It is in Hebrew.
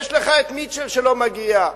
יש לך מיטשל שלא מגיע,